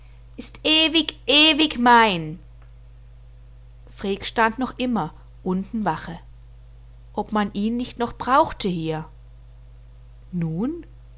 ist ewig ewig mein freek stand noch immer unten wache ob man ihn nicht noch brauchte hier nun